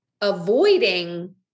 avoiding